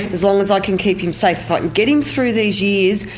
as long as i can keep him safe but get him through these years,